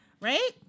right